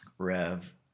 rev